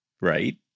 right